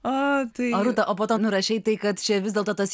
o rūta o po to nurašei taik kad čia vis dėl to tas